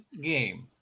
game